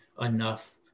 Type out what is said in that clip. enough